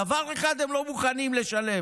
דבר אחד הם לא מוכנים לשלם,